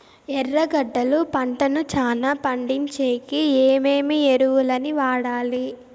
ఎర్రగడ్డలు పంటను చానా పండించేకి ఏమేమి ఎరువులని వాడాలి?